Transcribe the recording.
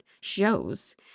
shows